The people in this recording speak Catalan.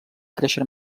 créixer